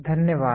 धन्यवाद